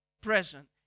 present